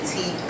Tea